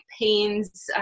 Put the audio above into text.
pains